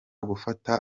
gufata